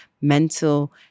mental